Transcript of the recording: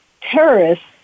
terrorists